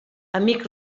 amic